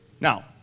Now